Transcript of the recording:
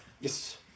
yes